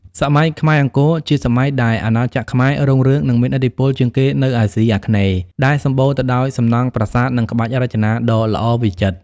សម័យខ្មែរអង្គរ ជាសម័យដែលអាណាចក្រខ្មែររុងរឿងនិងមានឥទ្ធិពលជាងគេនៅអាសុីអាគ្នេយ៍ ដែលសំបូរទៅដោយសំណង់ប្រាសាទនិងក្បាច់រចនាដ៏ល្អប្រណិត។